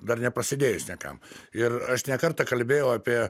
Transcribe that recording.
dar neprasidėjus niekam ir aš ne kartą kalbėjau apie